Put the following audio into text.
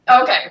Okay